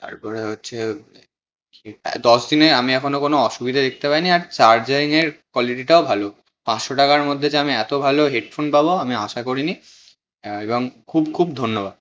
তারপরে হচ্ছে এই দশ দিনে আমি এখনো কোনো অসুবিধে দেকতে পাই নি আর চার্জিইংয়ের কোয়ালিটাও ভালো পাঁচশো টাকার মধ্যে যে আমি এতো ভালো হেডফোন পাবো আমি আশা করি নি এবং খুব খুব ধন্যবাদ